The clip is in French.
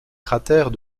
cratère